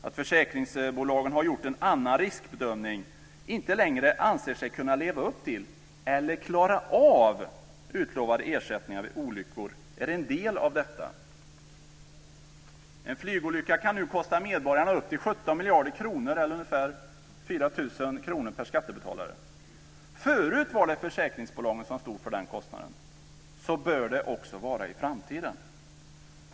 Att försäkringsbolagen har gjort en annan riskbedömning och inte längre anser sig kunna leva upp till eller klara av utlovade ersättningar vid olyckor är en del av detta. En flygolycka kan nu kosta medborgarna upp till 17 miljarder kronor eller ungefär 4 000 kr per skattebetalare. Förut var det försäkringsbolagen som stod för den kostnaden. Så bör det också vara i framtiden.